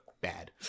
bad